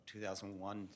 2001